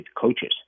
coaches